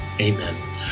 Amen